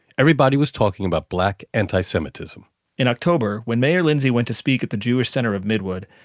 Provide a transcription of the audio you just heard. everybody was talking about black anti-semitism in october, when mayor lindsay went to speak at the jewish center of midwood,